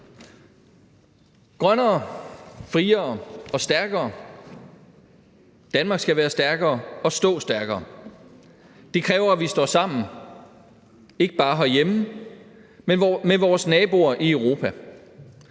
Grønnere, friere og stærkere – Danmark skal være stærkere og stå stærkere. Det kræver, at vi står sammen, ikke bare herhjemme, men med vores naboer i Europa.